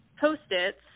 post-its